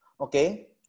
okay